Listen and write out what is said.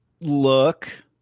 look